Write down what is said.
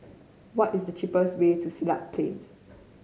what is the cheapest way to Siglap Plain